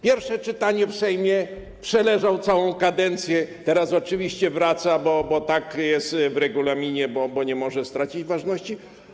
Pierwsze czytanie w Sejmie, przeleżał całą kadencję, teraz oczywiście wraca, bo tak jest w regulaminie, bo nie może stracić ważności.